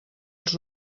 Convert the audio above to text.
els